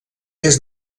est